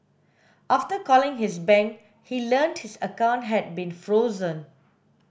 after calling his bank he learnt his account had been frozen